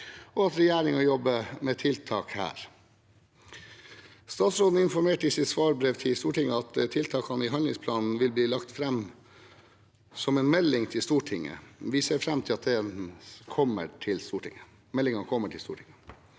og at regjeringen jobber med tiltak her. Statsråden informerte i sitt svarbrev til Stortinget om at tiltakene i handlingsplanen vil bli lagt fram som en melding til Stortinget. Vi ser fram til at den kommer til Stortinget.